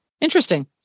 Interesting